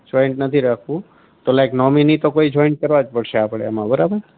joint નથી રાખવું તો લાઇક નોમિની તો કોઇ જોઇન્ટ કરવા જ પડશે આપણે એમાં બરાબર